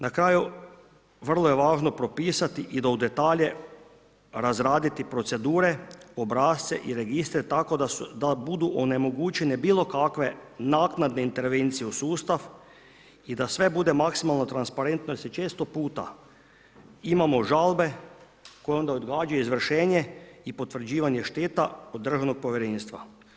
Na kraju vrlo je važno propisati i u detalje razraditi procedure, obrasce i registre tako da budu onemogućene bilokakve naknadne intervencije u sustav i da sve bude maksimalno transparentno jer često puta imamo žalbe koje onda odgađaju izvršenje i potvrđivanje šteta kod državnog povjerenstva.